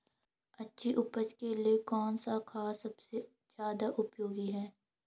अच्छी उपज के लिए कौन सा खाद सबसे ज़्यादा उपयोगी है?